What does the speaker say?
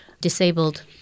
disabled